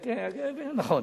נכון,